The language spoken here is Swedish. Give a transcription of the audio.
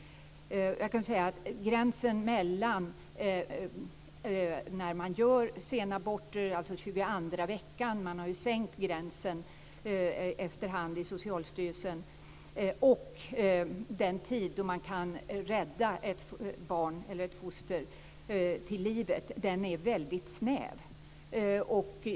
Tiden från gränsen för när senaborter får göras, alltså 22:a veckan, till när ett foster kan räddas till livet är väldigt snäv.